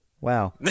Wow